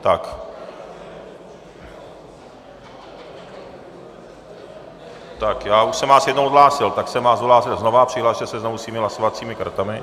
Tak já už jsem vás jednou odhlásil, tak jsem vás odhlásil znova a přihlaste se znovu svými hlasovacími kartami.